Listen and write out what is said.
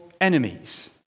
enemies